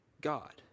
God